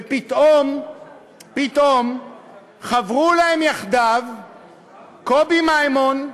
ופתאום פתאום חברו להם יחדיו קובי מימון,